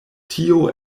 tio